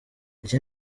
iki